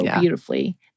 beautifully